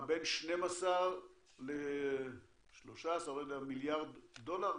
בין 12 ל-13 מיליארד דולר?